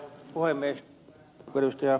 arvoisa puhemies